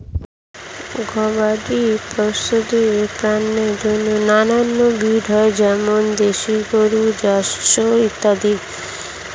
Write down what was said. গবাদি পশুদের পণ্যের জন্য নানান ব্রিড হয়, যেমন দেশি গরু, জার্সি ইত্যাদি